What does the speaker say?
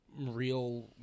real